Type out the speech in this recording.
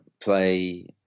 play